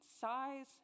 size